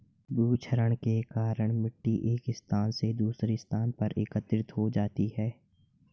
भूक्षरण के कारण मिटटी एक स्थान से दूसरे स्थान पर एकत्रित हो जाती है